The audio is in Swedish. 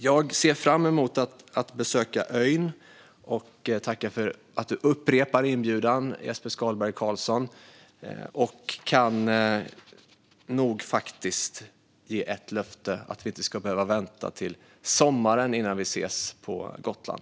Jag ser fram emot att besöka ön, och jag tackar för att Jesper Skalberg Karlsson upprepar inbjudan. Jag kan nog ge ett löfte att vi inte ska behöva vänta till sommaren innan vi ses på Gotland.